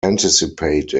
anticipate